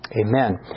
Amen